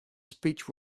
speech